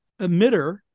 emitter